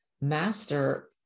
master